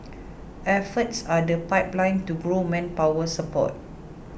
efforts are the pipeline to grow manpower support